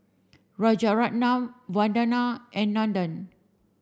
Rajaratnam Vandana and Nandan